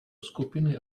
skupiny